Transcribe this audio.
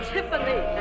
Tiffany